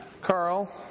Carl